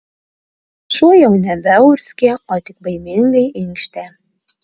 šuo jau nebeurzgė o tik baimingai inkštė